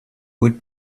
would